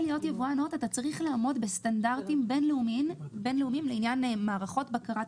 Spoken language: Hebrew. ים צוות לעניין שאריות חומרי הדברה עם משרד